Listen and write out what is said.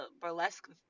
burlesque